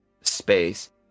space